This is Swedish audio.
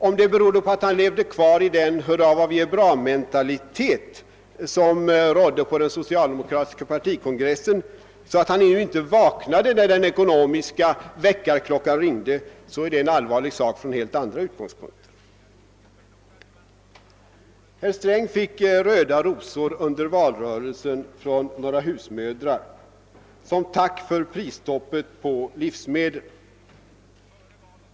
Om den berodde på att han levde kvar i den hurra-vad-vi-ärbra-mentalitet som rådde på den socialdemokratiska partikongressen, så att han inte vaknade när den ekonomiska väckarklockan ringde, är det en allvarlig sak från helt andra utgångspunkter: Herr Sträng fick röda rosor under valrörelsen från några husmödrar som tack för prisstoppet på livsmedel.